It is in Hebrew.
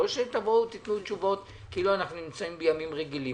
לא שתבואו ותיתנו תשובות כאילו אנחנו נמצאים בימים רגילים.